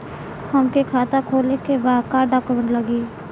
हमके खाता खोले के बा का डॉक्यूमेंट लगी?